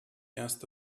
erste